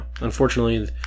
unfortunately